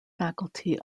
faculty